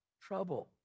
trouble